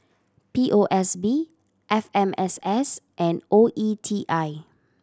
P O S B F M S S and O E T I